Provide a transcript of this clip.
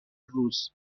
روز